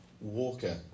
Walker